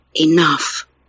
enough